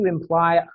imply